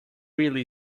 really